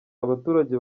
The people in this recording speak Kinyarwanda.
abaturage